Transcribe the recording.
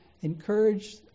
encourage